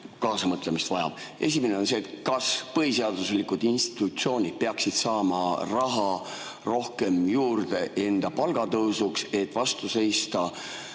kaasamõtlemist. Esimene on see: kas põhiseaduslikud institutsioonid peaksid saama raha rohkem juurde enda palgatõusuks, et vastu seista